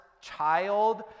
child